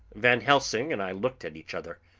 van helsing and i looked at each other,